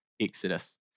Exodus